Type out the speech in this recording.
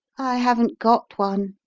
i haven't got one,